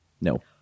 No